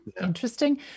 Interesting